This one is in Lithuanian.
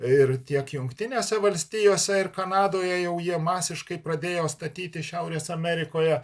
ir tiek jungtinėse valstijose ir kanadoje jau jie masiškai pradėjo statyti šiaurės amerikoje